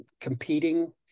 competing